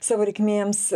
savo reikmėms